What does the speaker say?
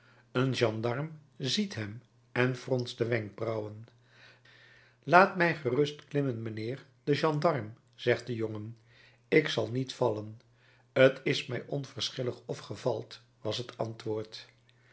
een gendarm ziet hem en fronst de wenkbrauwen laat mij gerust klimmen mijnheer de gendarm zegt de jongen ik zal niet vallen t is mij onverschillig of ge valt was het antwoord